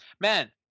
Man